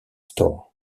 store